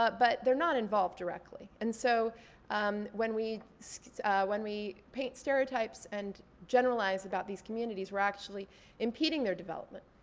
but but they're not involved directly. and so um when we so when we paint stereotypes and generalize about these communities, we're actually impeding their development.